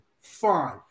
fine